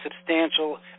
substantial